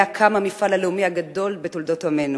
ועליה קם המפעל הלאומי הגדול בתולדות עמנו.